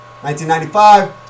1995